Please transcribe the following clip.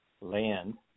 Land